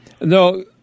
No